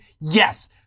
yes